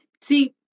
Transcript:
See